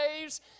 waves